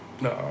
no